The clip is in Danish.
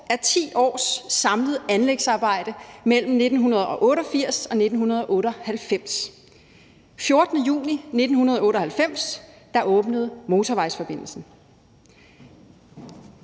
af 10 års samlet anlægsarbejde mellem 1988 og 1998. 14. juni 1998 åbnede motorvejsforbindelsen.